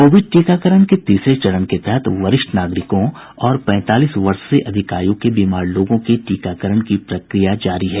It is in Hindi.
कोविड टीकाकरण के तीसरे चरण के तहत वरिष्ठ नागरिकों और पैंतालीस वर्ष से अधिक आयु के बीमार लोगों के टीकाकरण की प्रक्रिया जारी है